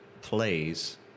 Plays